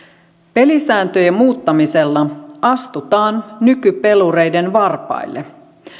pelisääntöjen muuttamisella astutaan nykypelureiden varpaille